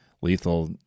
lethal